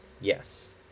yes